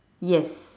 yes